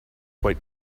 quite